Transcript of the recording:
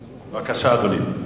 בבקשה, אדוני.